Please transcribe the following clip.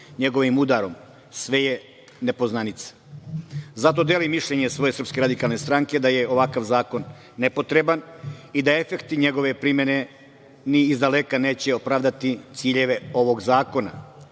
njegovim udarom, sve je nepoznanica. Zato delim mišljenje svoje SRS da je ovakav zakon nepotreban i da efekti njegove primene ni izdaleka neće opravdati ciljeve ovog zakona